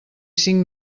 cinc